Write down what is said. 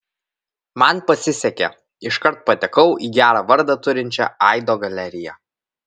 man pasisekė iškart patekau į gerą vardą turinčią aido galeriją